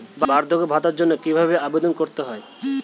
বার্ধক্য ভাতার জন্য কিভাবে আবেদন করতে হয়?